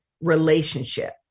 relationship